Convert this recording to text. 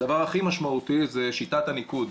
הדבר הכי משמעותי זה שיטת הניקוד,